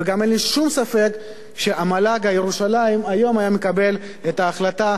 וגם אין לי שום ספק שמל"ג ירושלים היום היה מקבל את ההחלטה,